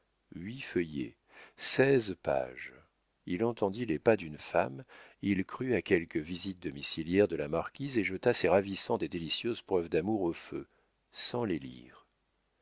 feuillets seize pages il entendit les pas d'une femme il crut à quelque visite domiciliaire de la marquise et jeta ces ravissantes et délicieuses preuves d'amour au feu sans les lire